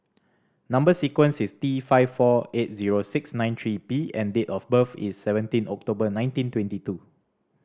number sequence is T five four eight zero six nine three P and date of birth is seventeen October nineteen twenty two